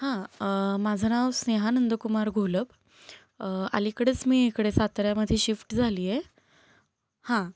हां माझं नाव स्नेहा नंदकुमार घोलप अलीकडंच मी इकडे साताऱ्यामध्ये शिफ्ट झाले आहे हां